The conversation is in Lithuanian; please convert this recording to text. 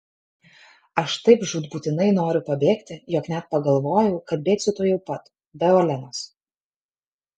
aš taip žūtbūtinai noriu pabėgti jog net pagalvoju kad bėgsiu tuojau pat be olenos